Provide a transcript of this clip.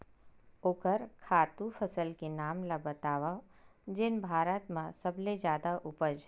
ओखर खातु फसल के नाम ला बतावव जेन भारत मा सबले जादा उपज?